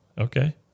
okay